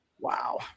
Wow